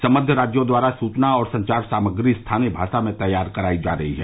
संबद्व राज्यों द्वारा सूचना और संचार सामग्री स्थानीय भाषा में तैयार कराई जा रही है